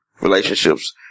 relationships